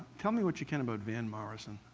tell me what you can about van morrison.